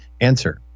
answer